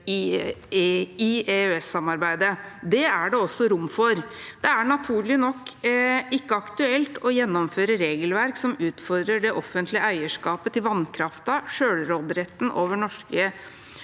i EØS-samarbeidet. Det er det også rom for. Det er naturlig nok ikke aktuelt å gjennomføre regelverk som utfordrer det offentlige eierskapet til vannkraften, selvråderetten over norske